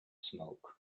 smoke